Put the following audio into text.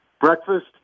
breakfast